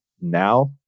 now